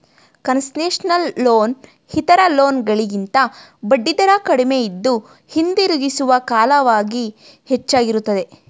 concessional loan ಇತರ loan ಗಳಿಗಿಂತ ಬಡ್ಡಿದರ ಕಡಿಮೆಯಿದ್ದು, ಹಿಂದಿರುಗಿಸುವ ಕಾಲವಾಗಿ ಹೆಚ್ಚಾಗಿರುತ್ತದೆ